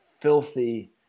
filthy